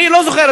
אני לא זוכר,